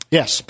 Yes